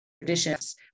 traditions